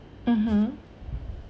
mmhmm